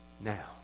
Now